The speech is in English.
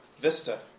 Vista